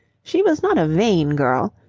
she was not a vain girl,